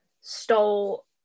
stole